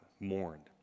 mourned